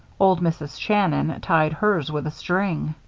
old mrs. shannon tied hers with a string.